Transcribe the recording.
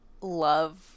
love